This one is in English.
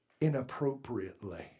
inappropriately